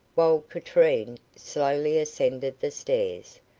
while katrine slowly ascended the stairs,